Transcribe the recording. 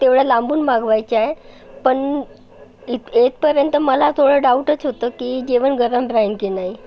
तेवढ्या लांबून मागवायचे आहे पण इथ येतपर्यंत मला थोडं डाऊटच होतं की जेवण गरम राहील की नाही